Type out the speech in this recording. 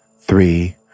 three